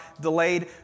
delayed